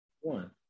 one